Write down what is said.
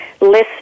list